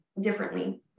differently